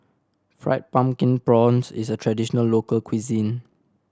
Fried Pumpkin Prawns is a traditional local cuisine